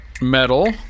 metal